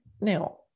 now